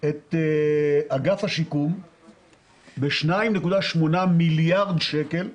את אגף השיקום ב-2.8 מיליארד שקל,